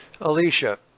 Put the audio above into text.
Alicia